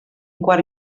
quart